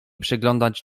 przeglądać